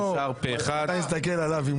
הצבעה אושרה.